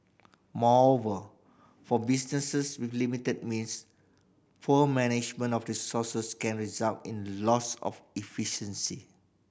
moreover for businesses with limited means poor management of resources can result in loss of efficiency